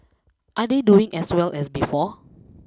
are they doing as well as before